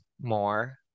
more